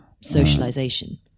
socialization